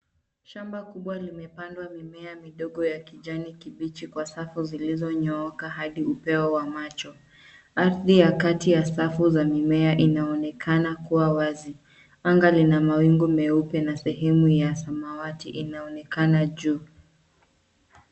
Shamba kubwa limepandwa mimea midogo ya kijani kibichi kwa safu zilizonyooka hadi upeo wa maji. Ardhi ya kati ya safu za mimea inaonekana kuwa wazi. Anga lina mawingu meupe na sehemu ya samawati inaonekana juu.